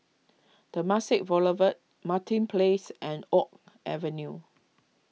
Temasek Boulevard Martin Place and Oak Avenue